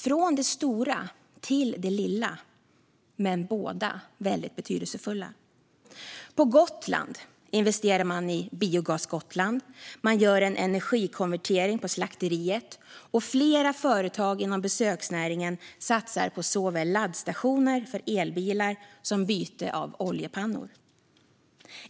Från det stora till det lilla, men båda är väldigt betydelsefulla. På Gotland investerar man i Biogas Gotland. Man gör också en energikonvertering på slakteriet, och flera företag inom besöksnäringen satsar på såväl laddstationer för elbilar som byte av oljepannor.